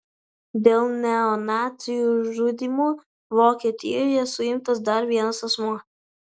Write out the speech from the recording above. dėl neonacių žudymų vokietijoje suimtas dar vienas asmuo